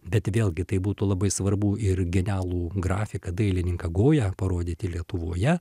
bet vėlgi tai būtų labai svarbu ir genialų grafiką dailininką goją parodyti lietuvoje